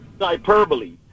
hyperbole